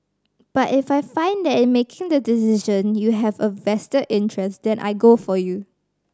but if I find that in making the decision you have a vested interest then I go for you